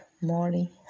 morning